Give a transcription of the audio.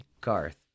Garth